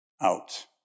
out